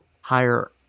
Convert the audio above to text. higher